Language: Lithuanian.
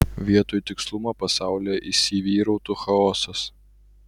vietoj tikslumo pasaulyje įsivyrautų chaosas